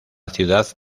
ciudad